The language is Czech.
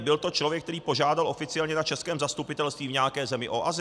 Byl to člověk, který požádal oficiálně na českém zastupitelství v nějaké zemi o azyl?